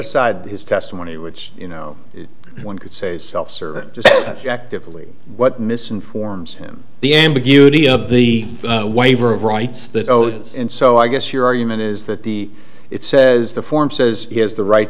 aside his testimony which you know one could say self serving actively what misinforms him the ambiguity of the waiver of rights that oaths and so i guess your argument is that the it says the form says he has the right